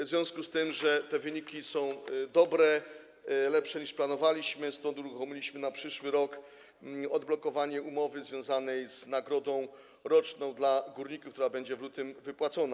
W związku z tym, że te wyniki są dobre, lepsze, niż planowaliśmy, uruchomiliśmy na przyszły rok odblokowanie umowy związanej z nagrodą roczną dla górników, która będzie w lutym wypłacona.